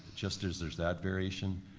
just as there's that variation,